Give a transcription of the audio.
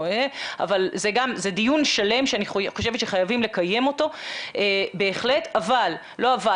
אבל זה דיון שלם שאני חושבת שחייבים לקיים אותו בהחלט וחייבות